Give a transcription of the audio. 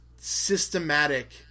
systematic